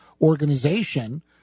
organization